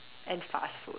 and fast food